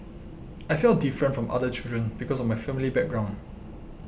I felt different from other children because of my family background